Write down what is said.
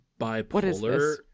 bipolar